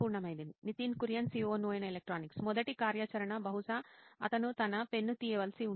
Nitin Kurien COO నోయిన్ electronics మొదటి కార్యాచరణ బహుశా అతను తన పెన్ను తీయవలసి ఉంటుంది